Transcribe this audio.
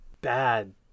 bad